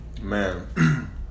Man